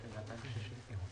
חמש שנים.